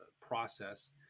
process